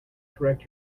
correct